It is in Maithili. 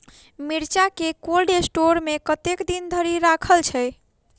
मिर्चा केँ कोल्ड स्टोर मे कतेक दिन धरि राखल छैय?